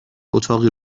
اتاقی